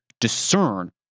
discern